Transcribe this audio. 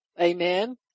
amen